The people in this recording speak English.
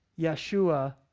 Yeshua